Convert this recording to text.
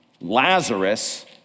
Lazarus